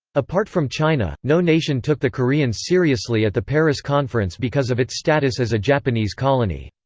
apart from china, no nation took the koreans seriously at the paris conference because of its status as a japanese colony.